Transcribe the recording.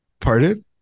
Pardon